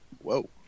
whoa